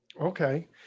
Okay